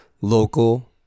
local